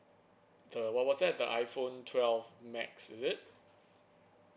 the what was that the iphone twelve max is it